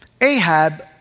Ahab